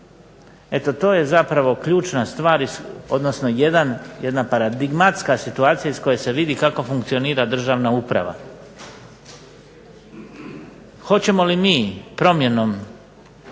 Eto to je zapravo ključna stvar odnosno jedna paradigmatska situacija iz koje se vidi kako funkcionira državna uprava. Hoćemo li mi promjenom